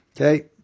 Okay